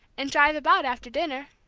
and drive about after dinner.